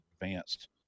advanced